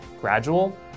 gradual